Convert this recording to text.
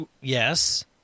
yes